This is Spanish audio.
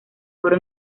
oro